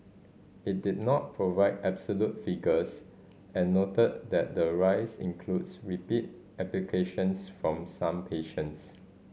it did not provide absolute figures and noted that the rise includes repeat applications from some patients